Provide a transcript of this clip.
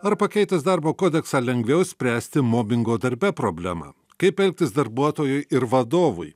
ar pakeitęs darbo kodeksą lengviau spręsti mobingo darbe problema kaip elgtis darbuotojui ir vadovui